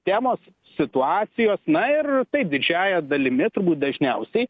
temos situacijos na ir taip didžiąja dalimi turbūt dažniausiai